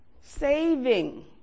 saving